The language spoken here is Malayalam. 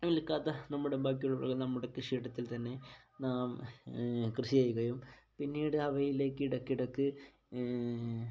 വിൽക്കാത്ത നമ്മുടെ ബാക്കിയുള്ള നമ്മുടെ കൃഷി ഇടത്തിൽ തന്നെ നാം കൃഷി ചെയ്യുകയും പിന്നീട് അവയിലേക്ക് ഇടയ്ക്ക് ഇടയ്ക്ക്